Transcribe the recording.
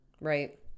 right